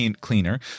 cleaner